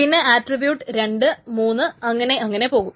പിന്നെ ആറ്റ്ട്രിബ്യൂട്ട് രണ്ട് മൂന്ന് അങ്ങനെ അങ്ങനെ പോകും